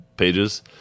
pages